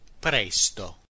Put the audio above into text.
PRESTO